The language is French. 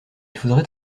faudrait